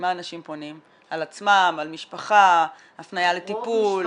אנשים פונים על עצמם, על משפחה, הפנייה לטיפול?